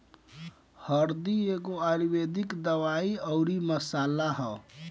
हरदी एगो आयुर्वेदिक दवाई अउरी मसाला हअ